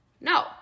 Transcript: No